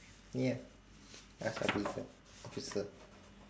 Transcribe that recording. ya I shall be the officer